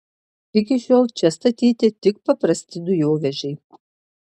iki šiol čia statyti tik paprasti dujovežiai